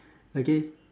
okay